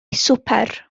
swper